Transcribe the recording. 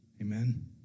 Amen